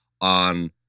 on